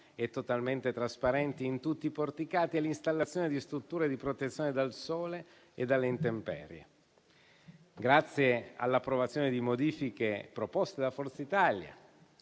e totalmente trasparenti in tutti i porticati e l'installazione di strutture di protezione dal sole e dalle intemperie. Grazie all'approvazione di modifiche proposte da Forza Italia,